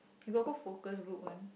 you got go focus group one